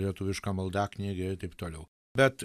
lietuviška maldaknygė ir taip toliau bet